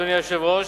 אדוני היושב-ראש,